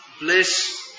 bliss